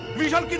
please help